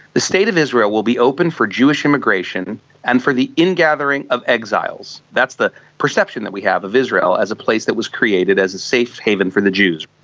the state of israel will be open for jewish immigration and for the ingathering of exiles. that's the perception that we have of israel as a place that was created as a safe haven for the jews.